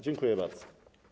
Dziękuję bardzo.